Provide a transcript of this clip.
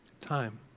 time